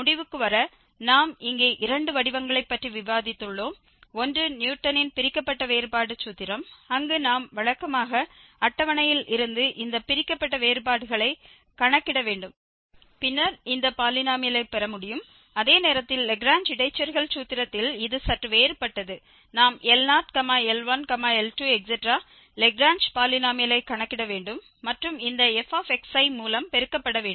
முடிவுக்கு வர நாம் இங்கே இரண்டு வடிவங்களைப் பற்றி விவாதித்துள்ளோம் ஒன்று நியூட்டனின் பிரிக்கப்பட்ட வேறுபாடு சூத்திரம் அங்கு நாம் வழக்கமாக அட்டவணையில் இருந்து இந்த பிரிக்கப்பட்ட வேறுபாடுகளை க்கணக்கிட வேண்டும் பின்னர் இந்த பாலினோமியலைப் பெற முடியும் அதே நேரத்தில் லாக்ரேஞ்ச் இடைச்செருகல் சூத்திரத்தில் இது சற்று வேறுபட்டது நாம் L0 L1 L2 லாக்ரேஞ்ச் பாலினோமியலை கணக்கிட வேண்டும் மற்றும் இந்த f மூலம் பெருக்கப்பட வேண்டும்